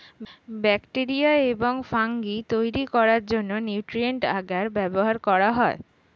bacteria এবং fungi তৈরি করার জন্য নিউট্রিয়েন্ট আগার ব্যবহার করা হয়